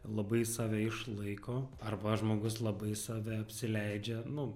labai save išlaiko arba žmogus labai save apsileidžia nu